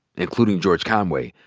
including george conway,